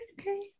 Okay